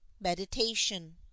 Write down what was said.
meditation